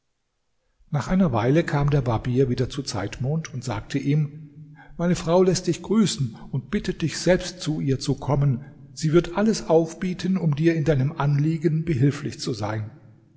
nach einer weile kam der barbier wieder zu zeitmond und sagte ihm meine frau läßt dich grüßen und bittet dich selbst zu ihr zu kommen sie wird alles aufbieten um dir in deinem anliegen behilflich zu sein